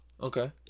Okay